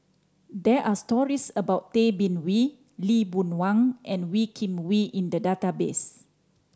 there are stories about Tay Bin Wee Lee Boon Wang and Wee Kim Wee in the database